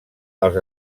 als